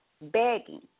Begging